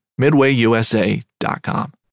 MidwayUSA.com